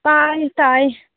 ꯇꯥꯏ ꯇꯥꯏ